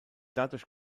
dadurch